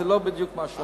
זה לא בדיוק מה שהוא אמר.